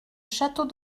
château